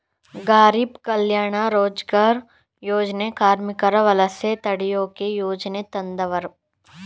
ಗಾರೀಬ್ ಕಲ್ಯಾಣ ರೋಜಗಾರ್ ಯೋಜನೆ ಕಾರ್ಮಿಕರ ವಲಸೆ ತಡಿಯೋಕೆ ಯೋಜನೆ ತಂದವರೆ